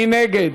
מי נגד?